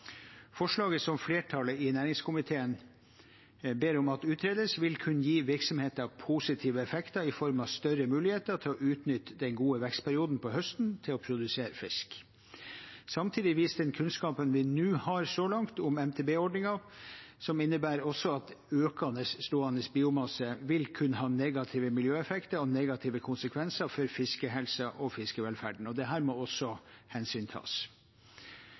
Forslaget som flertallet i næringskomiteen ber om blir utredet, vil kunne gi virksomheter positive effekter i form av større muligheter til å utnytte den gode vekstperioden på høsten til å produsere fisk. Samtidig viser den kunnskapen vi har så langt, at MTB-ordninger som innebærer økt stående biomasse, vil kunne ha negative miljøeffekter og negative konsekvenser for fiskehelsa og fiskevelferden. Dette må det